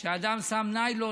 שאדם שם ניילון,